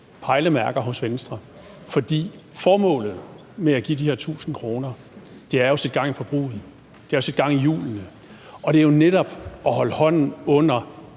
pejlemærker hos Venstre, for formålet med at give de her 1.000 kr. er jo at sætte gang i forbruget og sætte gang i hjulene. Det er jo netop at holde hånden under